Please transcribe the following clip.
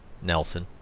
nelson,